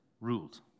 ruled